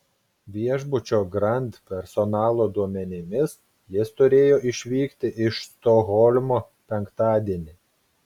viešbučio grand personalo duomenimis jis turėjo išvykti iš stokholmo penktadienį